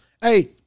Hey